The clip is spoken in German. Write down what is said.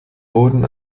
boden